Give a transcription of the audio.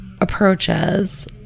approaches